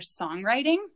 songwriting